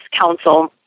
counsel